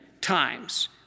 times